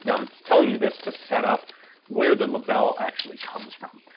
and i'm telling you this to set up where the lebel actually comes from.